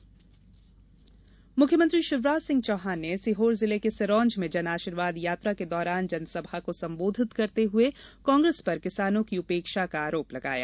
जनआशीर्वाद यात्रा मुख्यमंत्री शिवराज सिंह चौहान ने सीहोर जिले के सिरोंज में जनआशीर्वाद यात्रा के दौरान जनसभा को संबोधित करते हुए कांग्रेस पर किसानों की उपेक्षा का आरोप लगाया